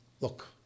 Look